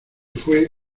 fue